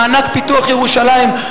במענק פיתוח ירושלים,